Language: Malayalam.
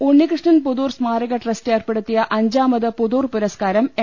ഉണ്ണികൃഷ്ണൻ പുതൂർ സ്മാരക ട്രസ്റ്റ് ഏർപ്പെടുത്തിയ അഞ്ചാ മത് പുതൂർ പുരസ്കാരം എം